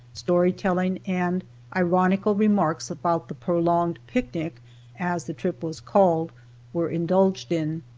story telling and ironical remarks about the prolonged picnic as the trip was called were indulged in.